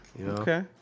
okay